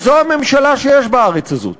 אבל זו הממשלה שיש בארץ הזאת.